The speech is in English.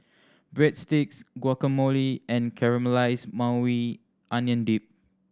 Breadsticks Guacamole and Caramelized Maui Onion Dip